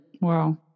Wow